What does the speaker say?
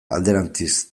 alderantziz